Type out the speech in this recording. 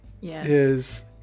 yes